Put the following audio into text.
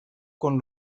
con